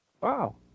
Wow